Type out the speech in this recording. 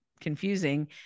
Confusing